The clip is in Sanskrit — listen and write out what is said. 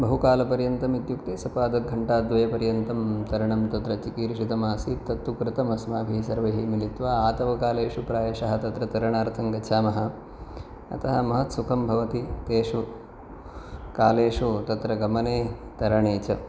बहुकालपर्यन्तं इत्युक्ते सपादघण्टाद्वयपर्यन्तं तरणं तत्र चिकीर्षितमासीत् तत्तुप्रथमं अस्माभिः सर्वैः मिलित्वा आतपकालेषु प्रायशः तत्र तरणार्थं गच्छामः अतः महत् सुखं भवति तेषु कालेषु तत्र गमने तरणे च